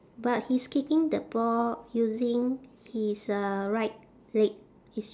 but he's kicking the ball using his uh right leg his